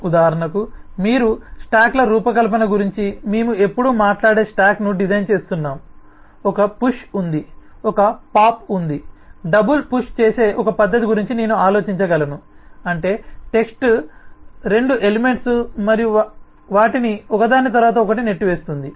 ఉదాహరణకు మీరు స్టాక్ల రూపకల్పన గురించి మేము ఎప్పుడూ మాట్లాడే స్టాక్ను డిజైన్ చేస్తున్నాము ఒక పుష్ ఉంది ఒక పాప్ ఉంది డబుల్ పుష్ చేసే ఒక పద్ధతి గురించి నేను ఆలోచించగలను అంటే టెక్స్ట్ రెండు ఎలిమెంట్స్ మరియు వాటిని ఒకదాని తరువాత ఒకటి నెట్టివేస్తుంది